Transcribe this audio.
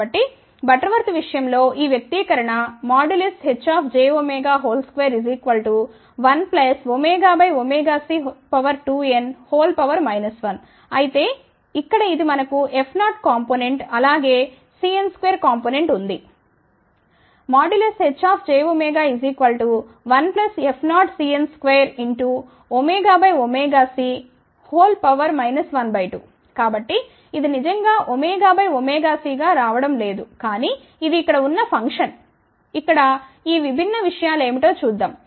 కాబట్టి బటర్వర్త్ విషయం లో ఈ వ్యక్తీకరణ Hjω21c2n 1 అయితే ఇక్కడ ఇది మనకు F0 కాంపొనెంట్ అలాగే C2n కాంపొనెంట్ ఉంది Hjω1F0Cn2c 1 2 కాబట్టి ఇది నిజంగా ω బై ωc గా రావడం లేదు కానీ ఇది ఇక్కడ ఉన్న ఫంక్షన్ ఇక్కడ ఈ విభిన్న విషయాలు ఏమిటో చూద్దాం